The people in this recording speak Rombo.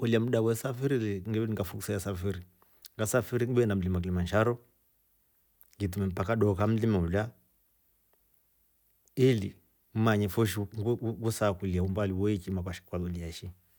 Ngekolya mda we safiri le, nge ninga fursa ye safiri, ngasafiri ngenda mlima kilimanajaro ngi itime mpaka dooka ya mlima ulya ili mmanye fo shi wa- wasaakulia umbali wouki na ukalolya shi.